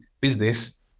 business